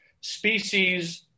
species